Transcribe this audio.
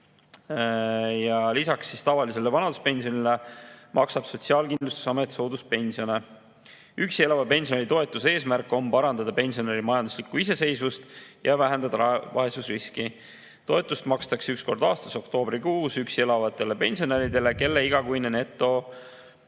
Lisaks tavalisele vanaduspensionile maksab Sotsiaalkindlustusamet sooduspensione. Üksi elava pensionäri toetuse eesmärk on parandada pensionäri majanduslikku iseseisvust ja vähendada vaesusriski. Toetust makstakse üks kord aastas oktoobrikuus üksi elavatele pensionäridele, kelle igakuine